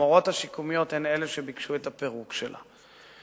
המורות השיקומיות הן אלה שדרשו את הפירוק שלה.